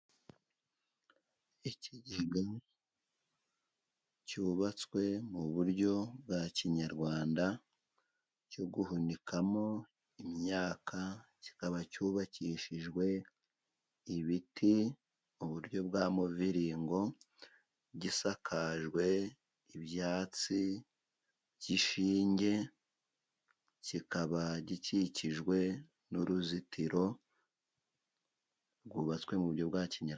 Ikigega cyubatswe mu buryo bwa kinyarwanda cyo guhunikamo imyaka, kikaba cyubakishijwe ibiti mu buryo bwa muviringo gisakajwe ibyatsi by'ishinge, kikaba gikikijwe n'uruzitiro rwubatswe mu buryo bwa kinyarwanda.